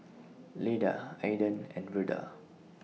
Leda Aedan and Verda